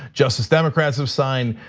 justice democrats have signed,